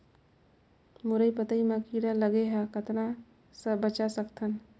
मुरई पतई म कीड़ा लगे ह कतना स बचा सकथन?